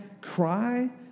cry